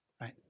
right